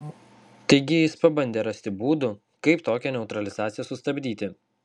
taigi jis pabandė rasti būdų kaip tokią neutralizaciją sustabdyti